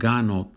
Gano